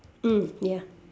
mm ya